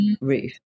roof